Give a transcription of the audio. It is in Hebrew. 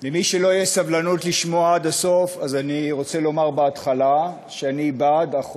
למי שלא תהיה סבלנות לשמוע עד הסוף אני רוצה לומר בהתחלה שאני בעד החוק.